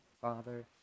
Father